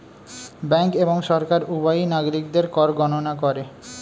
bank এবং সরকার উভয়ই নাগরিকদের কর গণনা করে